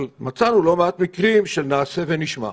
אבל מצאנו לא מעט מקרים של נעשה ונשמע.